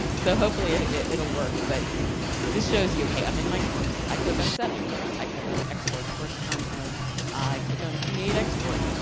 so hopefully ah it will work. but this shows you're okay. i mean my course i click on settings, i click on export course content i click on create export.